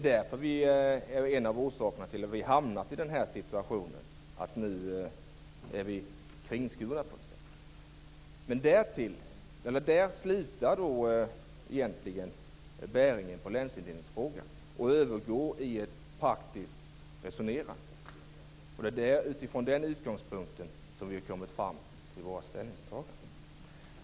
Det är en av orsakerna till att vi har hamnat i den här situationen där vi på något sätt har blivit kringskurna. Där slutar egentligen bäringen på länsindelningsfrågan och övergår i ett praktiskt resonerande. Det är utifrån den utgångspunkten som vi har kommit fram till vårt ställningstagande.